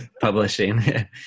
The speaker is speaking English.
publishing